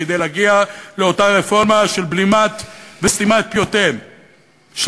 כדי להגיע לאותה רפורמה של בלימת וסתימת פיותיהם של